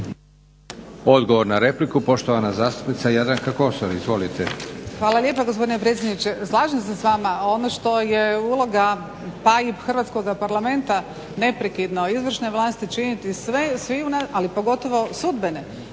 Odgovor na repliku poštovana zastupnica Jadranka Kosor. Izvolite. **Kosor, Jadranka (HDZ)** Hvala lijepo gospodine predsjedniče. Slažem se s vama. Ono što je uloga pa i hrvatskog Parlamenta neprekidno izvršne vlasti činiti sve … ali pogotovo sudbene,